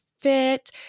fit